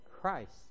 Christ